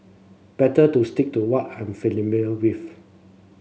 better to stick to what I'm with